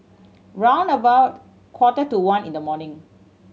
round about quarter to one in the morning